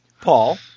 Paul